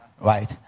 right